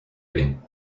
eating